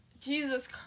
Jesus